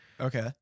Okay